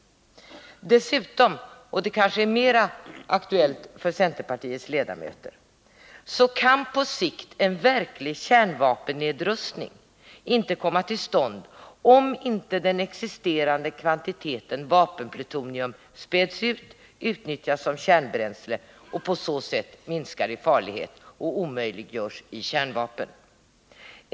Dessutom — och detta kanske är mera aktuellt för centerpartiets ledamöter — kan på sikt en verklig kärnvapennedrustning inte komma till stånd, om inte den existerande kvantiteten vapenplutonium späds ut, utnyttjas som kärnbränsle och på så sätt minskar i farlighet och omöjliggörs i kärnvapen.